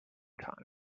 time